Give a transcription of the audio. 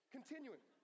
Continuing